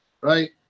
right